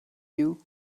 you